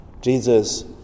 Jesus